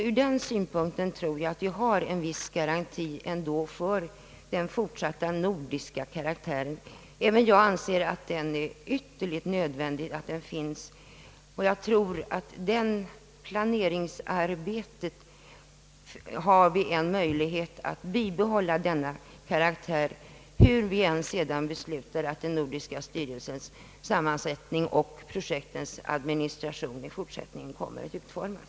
Ur den synpunkten tror jag vi ändå har en viss garanti för den fortsatta nordiska karaktären. Även jag anser att det är ytterligt nödvändigt att den finns, och jag tror att vi i planeringsarbetet har möjlighet att behålla denna karaktär hur vi än beslutar att den nordiska styrelsens sammansättning och projektens administration skall utformas.